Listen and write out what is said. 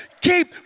Keep